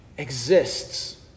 Exists